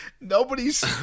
nobody's